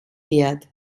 wird